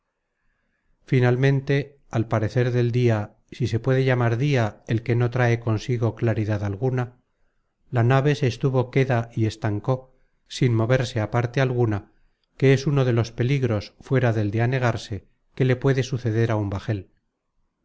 finalmente al parecer del dia si se puede llamar dia el que no trae consigo claridad alguna la nave se estuvo quéda y estancó sin moverse á parte alguna que es uno de los peligros fuera del de anegarse que le puede suceder á un bajel